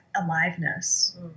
aliveness